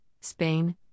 Spain